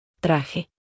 Traje